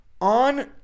On